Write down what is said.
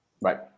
Right